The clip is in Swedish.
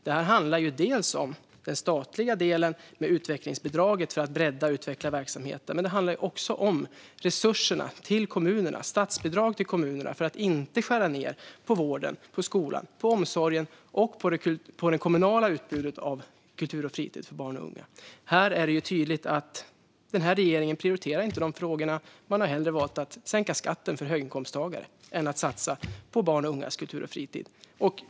Detta handlar delvis om den statliga delen med utvecklingsbidraget för att bredda och utveckla verksamheten, men det handlar också om resurserna till kommunerna, statsbidrag till kommunerna, för att inte skära ned på vården, skolan, omsorgen och det kommunala utbudet av kultur och fritid för barn och unga. Här är det tydligt att denna regering inte prioriterar de frågorna. Man har valt att hellre sänka skatten för höginkomsttagare än att satsa på barns och ungas kultur och fritid.